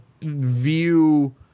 view